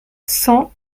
cent